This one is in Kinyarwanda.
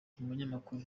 umunyamakuru